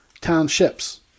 townships